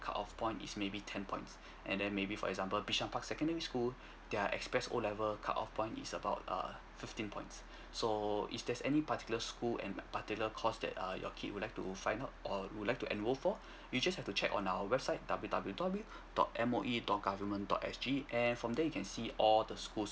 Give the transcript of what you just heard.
cut off points is maybe ten points and then maybe for example bishan park secondary school their express O level cut off point is about err fifteen points so if there's any particular school and particular course that err your kid would like to find out or would like to enrol for you just have to check on our website W_W_W dot M_O_E dot government dot S_G and from there you can see all the schools